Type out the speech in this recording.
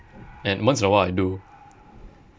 and once in a while I do